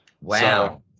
Wow